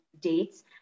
dates